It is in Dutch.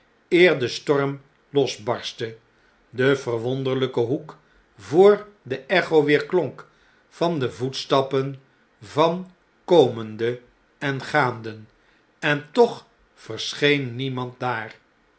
de storm losbarstte de verwonderlpe hoek voor de echo weerklonk van de voetstappen van komenden en gaanden en toch verscheen niemand daar